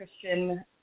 Christian